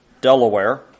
Delaware